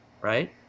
right